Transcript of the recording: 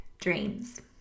dreams